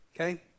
Okay